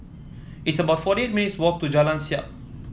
it's about forty eight minutes' walk to Jalan Siap